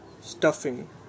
stuffing